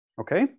Okay